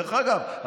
דרך אגב,